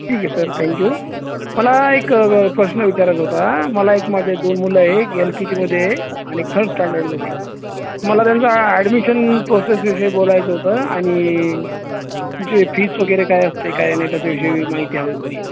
ठीक आहे sir thank you मला एक प्रश्न विचारायचा होता मला एक माझे दोन मुलं आहे एक यल की जीमध्ये आणि थर्ड स्टँडर्डमध्ये आहे मला त्यांचं ॲडमिशन प्रोसेसविषयी बोलायचं होतं आणि तुमची फीस वगैरे काय असते काय ना त्याच्याविषयी माहिती हवी होती